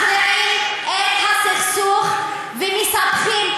מכריעים את הסכסוך ומספחים,